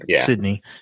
Sydney